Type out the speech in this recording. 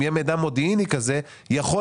אם יהיה מידע מודיעיני כזה,